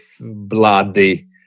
bloody